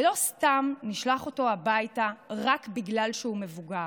ולא סתם נשלח אותו הביתה רק בגלל שהוא מבוגר.